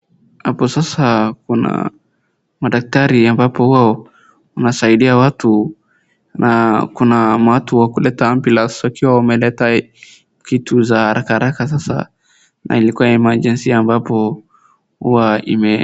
Hapo sasa kuna madaktari ambapo huwa wanasaidia watu na kuna watu wakuleta ambulance wakiwa wameleta kitu za haraka haraka. Sasa na ilikua emergency ambapo huwa ime.